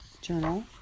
journal